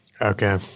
Okay